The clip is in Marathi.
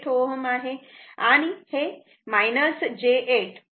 हे j 8 Ω आहे